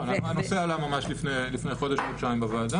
הנושא על ממש לפני חודש חודשיים בוועדה.